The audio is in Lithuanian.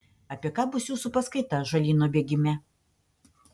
apie ką bus jūsų paskaita ąžuolyno bėgime